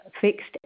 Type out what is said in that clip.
fixed